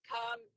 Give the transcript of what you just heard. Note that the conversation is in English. Come